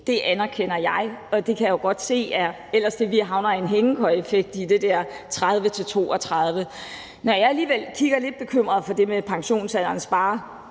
Det anerkender jeg, og jeg kan jo godt se, at vi ellers havner i en hængekøjeeffekt i 2030-2032. Når jeg alligevel kigger lidt med bekymring på det der med pensionsalderens